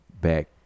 back